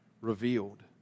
revealed